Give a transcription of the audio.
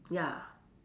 ya